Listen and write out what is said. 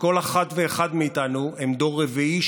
וכל אחת ואחד מאיתנו הוא דור רביעי,